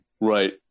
Right